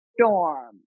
storm